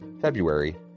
February